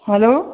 hello